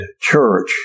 church